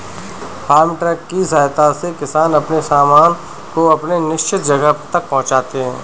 farm truck की सहायता से किसान अपने सामान को अपने निश्चित जगह तक पहुंचाते हैं